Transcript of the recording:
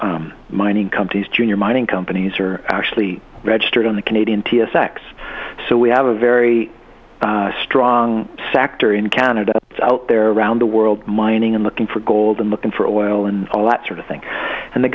the mining companies junior mining companies are actually registered on the canadian t s x so we have a very strong sector in canada out there around the world mining and looking for gold and looking for oil and all that sort of thing and the